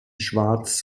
schwarz